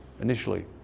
initially